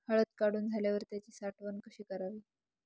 हळद काढून झाल्यावर त्याची साठवण कशी करावी?